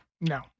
No